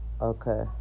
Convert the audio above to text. Okay